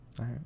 right